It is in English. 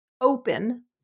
open